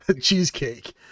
cheesecake